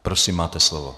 Prosím, máte slovo.